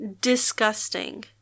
Disgusting